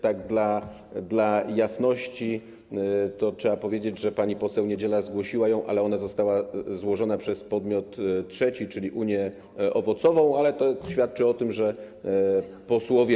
Tak dla jasności trzeba powiedzieć, że pani poseł Niedziela zgłosiła ją, ale ona została złożona przez podmiot trzeci, czyli Unię Owocową, a to świadczy o tym, że... Czujność.